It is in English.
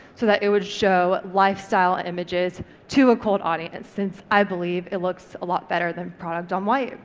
so that it would show lifestyle images to a cold audience, since i believe it looks a lot better than product on white.